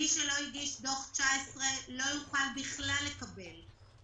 מי שלא הגיש דוח 19' לא יוכל לקבל בכלל.